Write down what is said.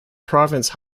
province